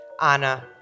Anna